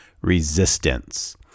resistance